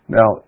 Now